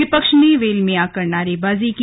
विपक्ष ने वेल में आकर नारेबाजी की